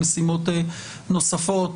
בגלל השפה הקשה והבוטה שיש בו.